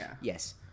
Yes